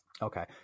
Okay